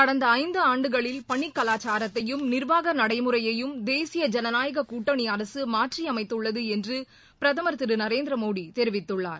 கடந்த ஐந்து ஆண்டுகளில் பணிக் கலாச்சாரத்தையும் நிர்வாக நடைமுறையையும் தேசிய ஜனநாயகக் கூட்டணி அரசு மாற்றியமைத்துள்ளது என்று பிரதமா் திரு நரேந்திரமோடி தெரிவித்துள்ளார்